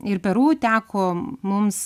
ir peru teko mums